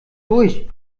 durch